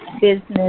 business